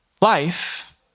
life